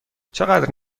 چقدر